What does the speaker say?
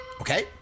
Okay